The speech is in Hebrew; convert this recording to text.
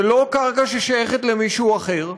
זו לא קרקע ששייכת למישהו אחר.